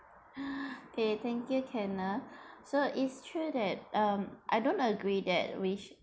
okay thank you kenneth so it's true that um I don't agree that which